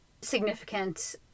significant